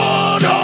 one